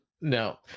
No